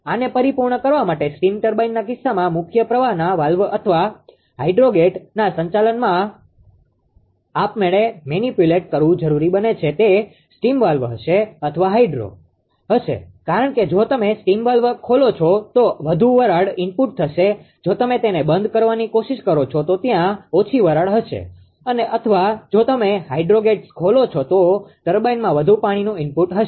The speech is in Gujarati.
આને પરિપૂર્ણ કરવા માટે સ્ટીમ ટર્બાઇનના કિસ્સામાં મુખ્ય પ્રવાહના વાલ્વ અથવા હાઇડ્રોગેટના સંચાલનમાં આપમેળે મેનીપ્યુલેટ કરવુ જરૂરી બને છે તે સ્ટીમ વાલ્વ હશે અથવા હાઈડ્રોગેટ્સ હશે કારણ કે જો તમે સ્ટીમ વાલ્વ ખોલો છો તો વધુ વરાળ ઇનપુટ થશે જો તમે તેને બંધ કરવાની કોશિશ કરો છો તો ત્યાં ઓછી વરાળ હશે અથવા જો તમે હાઇડ્રોગેટ્સ ખોલો છો તો ટર્બાઇનમાં વધુ પાણીનુ ઇનપુટ હશે